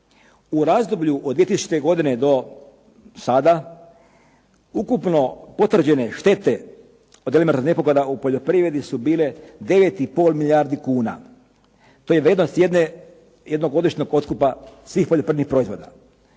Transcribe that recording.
U razdoblju od 2000-te godine do sada ukupno potvrđene štete od elementarnih nepogoda u poljoprivredi su bile 9 i pol milijardi kuna. To je vrijednost jednog godišnjeg otkupa svih poljoprivrednih proizvoda.